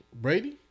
Brady